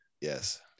Yes